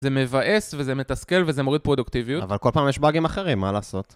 זה מבאס, וזה מתסכל, וזה מוריד פרודוקטיביות. אבל כל פעם יש באגים אחרים, מה לעשות?